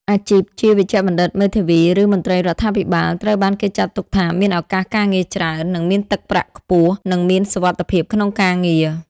អាជីពជាវេជ្ជបណ្ឌិត មេធាវី ឬមន្ត្រីរដ្ឋាភិបាល ត្រូវបានគេចាត់ទុកថាមានឱកាសការងារច្រើន និងមានទឹកប្រាក់ខ្ពស់ និងមានសុវត្ថិភាពក្នុងការងារ។។